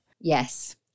Yes